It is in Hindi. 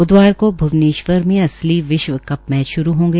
ब्धवार को भूवनेश्वर में असली विश्व कप का मैच श्रू होंगे